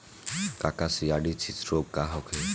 काकसिडियासित रोग का होखे?